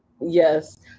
Yes